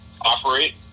operate